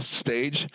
stage